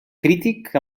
crític